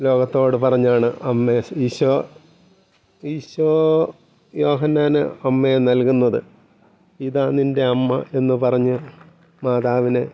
ലോകത്തോട് പറഞ്ഞാണ് അമ്മയെ ഈശോ ഈശോ യോഹന്നാന് അമ്മയെ നൽകുന്നത് ഇതാ നിൻ്റെ അമ്മ എന്നുപറഞ്ഞ് മാതാവിനെ